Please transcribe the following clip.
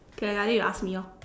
can like that you ask me orh